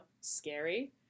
scary